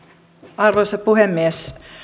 arvoisa puhemies